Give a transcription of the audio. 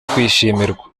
kwishimirwa